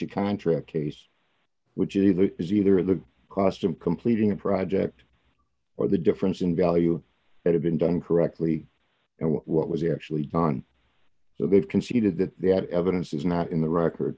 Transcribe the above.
of contract case which is either is either the cost of completing a project or the difference in value that had been done correctly and what was actually done so they've conceded that the evidence is not in the record